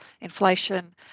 inflation